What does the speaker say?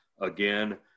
again